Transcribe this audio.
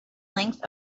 length